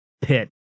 pit